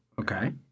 okay